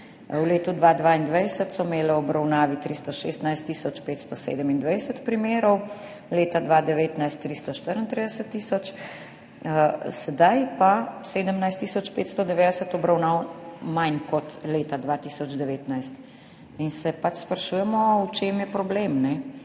V letu 2022 so imele v obravnavi 316 tisoč 527 primerov, leta 2019 334 tisoč, sedaj pa 17 tisoč 590 obravnav manj kot leta 2019. In se sprašujemo, v čem je problem, ob